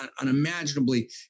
unimaginably